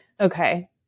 Okay